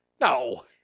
No